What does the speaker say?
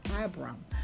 Abram